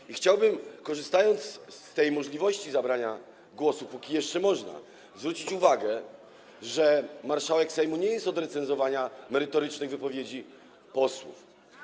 I chciałbym, korzystając z tej możliwości zabrania głosu, póki jeszcze można, zwrócić uwagę, że marszałek Sejmu nie jest od recenzowania merytorycznych wypowiedzi posłów.